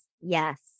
Yes